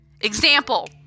example